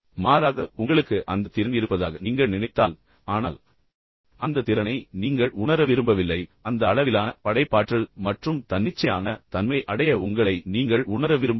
மாறாக உங்களுக்கு அந்த திறன் இருப்பதாக நீங்கள் நினைத்தால் ஆனால் அந்த திறனை நீங்கள் உணர விரும்பவில்லை அந்த அளவிலான படைப்பாற்றல் மற்றும் தன்னிச்சையான தன்மையை அடைய உங்களை நீங்கள் உணர விரும்பவில்லை